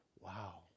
wow